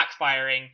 backfiring